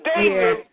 David